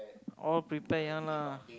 all prepared ya lah